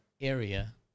area